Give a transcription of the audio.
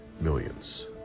Millions